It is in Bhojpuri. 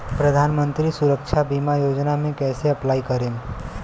प्रधानमंत्री सुरक्षा बीमा योजना मे कैसे अप्लाई करेम?